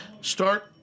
start